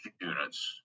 units